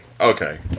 Okay